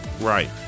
Right